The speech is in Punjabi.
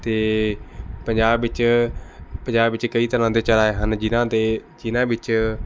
ਅਤੇ ਪੰਜਾਬ ਵਿੱਚ ਪੰਜਾਬ ਵਿੱਚ ਕਈ ਤਰਾਂ ਦੇ ਚੌਰਾਹੇ ਹਨ ਜਿਨ੍ਹਾਂ 'ਤੇ ਜਿਨ੍ਹਾਂ ਵਿੱਚ